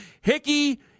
Hickey